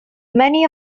many